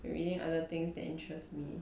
reading other things that interest me